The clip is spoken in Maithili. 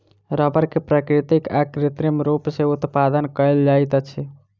रबड़ के प्राकृतिक आ कृत्रिम रूप सॅ उत्पादन कयल जाइत अछि